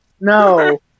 No